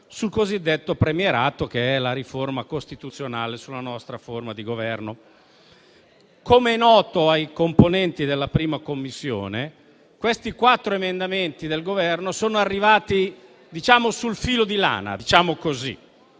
sul cosiddetto premierato, che è la riforma costituzionale della nostra forma di Governo. Come è noto ai componenti della 1a Commissione, i quattro emendamenti del Governo sono arrivati sul filo di lana - diciamo così